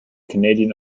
canadian